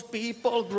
people